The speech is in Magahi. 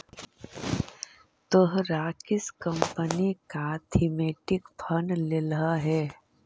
तोहरा किस कंपनी का थीमेटिक फंड लेलह हे